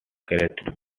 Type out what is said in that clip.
credited